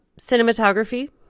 cinematography